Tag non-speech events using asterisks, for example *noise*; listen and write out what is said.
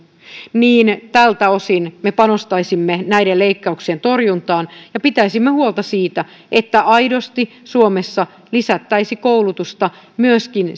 niin tältä osin me panostaisimme näiden leikkauksien torjuntaan ja pitäisimme huolta siitä että suomessa lisättäisiin koulutusta aidosti myöskin *unintelligible*